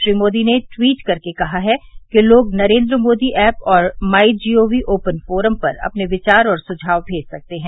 श्री मोदी ने ट्वीट कर के कहा है कि लोग नरेन्द्र मोदी ऐप और my G O V open forum पर अपने विचार और सुझाव भेज सकते हैं